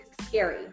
scary